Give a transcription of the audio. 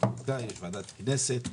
יש ועדת כנסת,